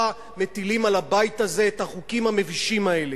מטילים על הבית הזה את החוקים המבישים האלה.